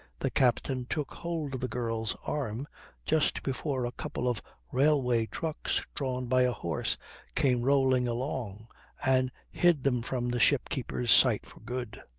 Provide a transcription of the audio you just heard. the captain took hold of the girl's arm just before a couple of railway trucks drawn by a horse came rolling along and hid them from the ship keeper's sight for good.